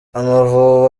amavubi